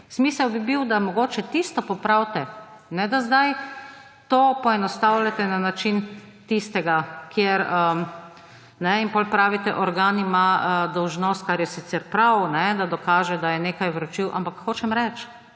Smisel bi bil, da mogoče tisto popravite, ne da zdaj to poenostavljate na način tistega. In potem pravite: »Organ ima dolžnost,« kar je sicer prav, da dokaže, da je nekaj vročil. Ampak hočem reči,